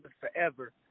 forever